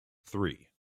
three